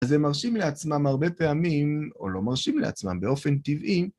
אז הם מרשים לעצמם הרבה פעמים, או לא מרשים לעצמם, באופן טבעי,